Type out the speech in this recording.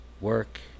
work